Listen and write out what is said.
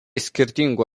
skirtingų